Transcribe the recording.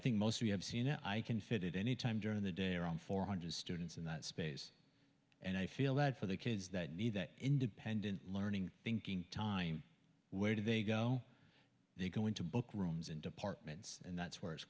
seen i can fit it any time during the day around four hundred students in that space and i feel bad for the kids that need that independent learning thinking time where do they go they go into book rooms and departments and that's where it's